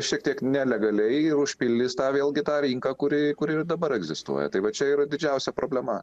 šiek tiek nelegaliai ir užpildys tą vėlgi tą rinką kuri kuri ir dabar egzistuoja tai va čia yra didžiausia problema